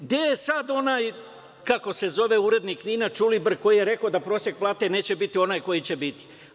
Gde je sada onaj urednik NIN-a Ćulibrk, koji je rekao da prosek plate neće biti onaj koji će biti?